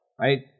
right